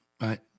Right